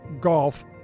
golf